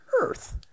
earth